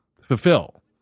fulfill